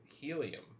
helium